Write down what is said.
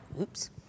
Oops